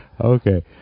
Okay